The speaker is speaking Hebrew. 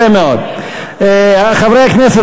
חברי הכנסת,